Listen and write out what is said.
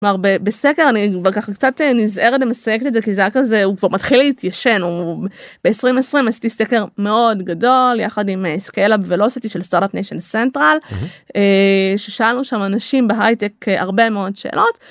הרבה בסדר אני כבר ככה קצת נזהרת מסייגת את זה כי זה היה כזה הוא מתחיל להתיישן הוא ב-2020 עשיתי סקר מאוד גדול יחד עם סקייל-אפ ולא עשיתי של סטארט ניישן סנטרל ששאלו שם אנשים בהייטק הרבה מאוד שאלות.